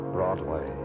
Broadway